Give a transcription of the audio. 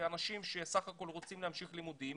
אנשים שרוצים להמשיך לימודים,